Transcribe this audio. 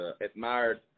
admired